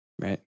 right